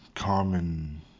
common